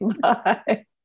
Bye